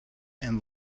and